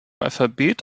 alphabet